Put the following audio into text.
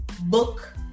book